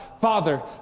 father